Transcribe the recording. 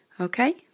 Okay